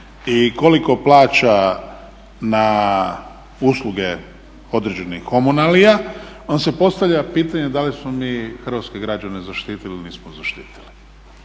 i koliko plaća na usluge određenih komunalija onda se postavlja pitanje da li smo mi hrvatske građane zaštitili ili nismo zaštitili